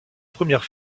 première